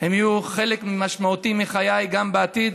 יהיו חלק משמעותי מחיי גם בעתיד,